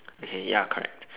okay ya correct